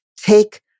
take